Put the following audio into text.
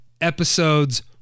episodes